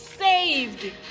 Saved